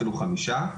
אפילו חמישה.